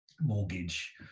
mortgage